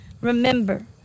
Remember